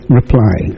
reply